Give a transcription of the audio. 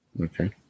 Okay